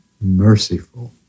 merciful